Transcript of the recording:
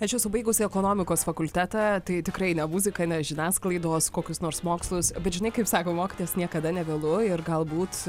aš esu baigusi ekonomikos fakultetą tai tikrai ne muzika ne žiniasklaidos kokius nors mokslus bet žinai kaip sako mokytojas niekada nevėlu ir galbūt